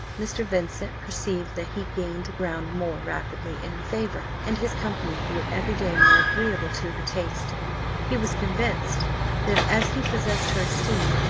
mr. vincent perceived that he gained ground more rapidly in her favour and his company grew every day more agreeable to her taste he was convinced that, as he possessed her esteem,